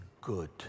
good